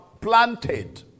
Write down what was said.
planted